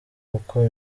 uko